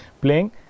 playing